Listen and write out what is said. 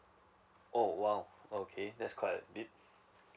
oh !wow! okay that's quite a bit